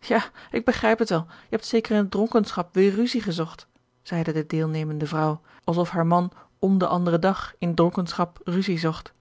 ja ik begrijp het wel je hebt zeker in dronkenschap weêr ruzie gezocht zeide de deelnemende vrouw alsof haar man om den anderen dag in dronkenschap ruzie zocht